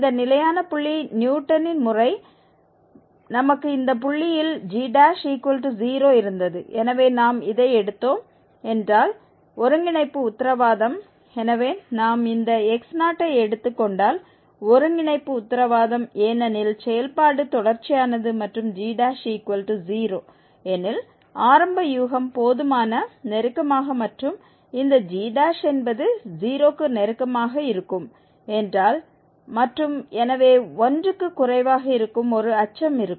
இந்த நிலையான புள்ளி நியூட்டனின் முறை நமக்கு இந்த புள்ளியில் g0 இருந்தது எனவே நாம் இதை எடுத்தோம் என்றால் ஒருங்கிணைப்பு உத்தரவாதம் எனவே நாம் இந்த x0 ஐ எடுத்து கொண்டால் ஒருங்கிணைப்பு உத்தரவாதம் ஏனெனில் செயல்பாடு தொடர்ச்சியானது மற்றும் g0 எனில் ஆரம்ப யூகம் போதுமான நெருக்கமாக மற்றும் இந்த g என்பது 0 க்கு நெருக்கமாக இருக்கும் என்றால் மற்றும் எனவே 1 க்கு குறைவாக இருக்கும் ஒரு அச்சம் இருக்கும்